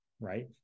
right